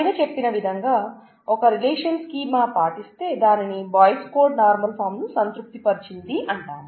పైన చెప్పిన విధంగా ఒక రిలేషన్ స్కీమా పాటిస్తే దానిని బాయిస్ కోడ్ నార్మల్ ఫాం ను సంతృప్తి పరిచింది అంటాం